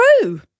True